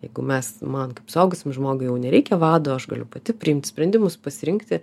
jeigu mes man kaip suaugusiam žmogui jau nereikia vado aš galiu pati priimti sprendimus pasirinkti